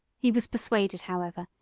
he was persuaded, however,